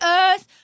earth